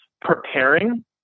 preparing